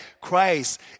Christ